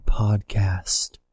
podcast